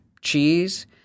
cheese